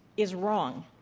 is wrong.